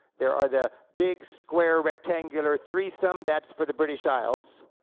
there are the big square rectangular three-some that's for the british isles,